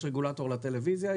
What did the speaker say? יש רגולטור לטלוויזיה,